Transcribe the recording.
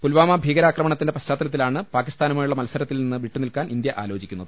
പുൽവാമ ഭീകരാക്രമണ ത്തിന്റെ പശ്ചാത്തലത്തിലാണ് പാക്കിസ്ഥാനുമായുള്ള മത്സരത്തിൽ നിന്ന് വിട്ടുനിൽക്കാൻ ഇന്ത്യ ആലോചിക്കുന്നത്